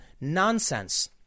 nonsense